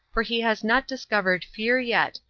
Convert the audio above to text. for he has not discovered fear yet,